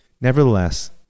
Nevertheless